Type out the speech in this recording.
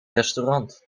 restaurant